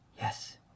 Yes